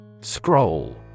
Scroll